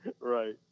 Right